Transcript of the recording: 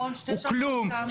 הוא כלום.